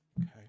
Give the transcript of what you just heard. Okay